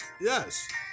Yes